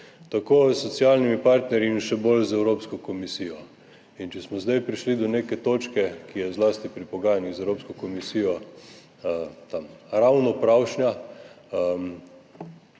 tako s socialnimi partnerji in še bolj z Evropsko komisijo. In če smo zdaj prišli do neke točke, ki je zlasti pri pogajanjih z Evropsko komisijo tam ravno pravšnja,